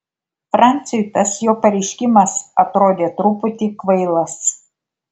franciui tas jo pareiškimas atrodė truputį kvailas